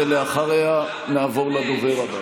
ואחריה נעבור לדובר הבא.